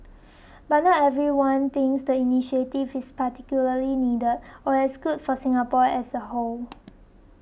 but not everyone thinks the initiative is particularly needed or as good for Singapore as a whole